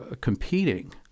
competing